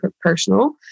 personal